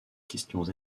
questions